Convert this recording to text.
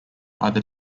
either